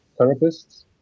therapists